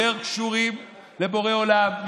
יותר קשורים לבורא עולם,